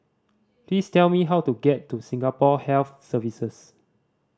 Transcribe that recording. please tell me how to get to Singapore Health Services